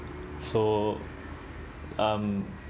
so um